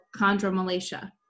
chondromalacia